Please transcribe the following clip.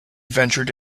ventured